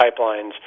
pipelines